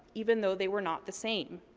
even though they were not the same.